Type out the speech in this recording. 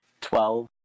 twelve